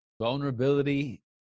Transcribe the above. Vulnerability